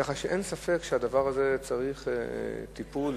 אין ספק שהדבר הזה צריך טיפול,